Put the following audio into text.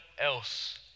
else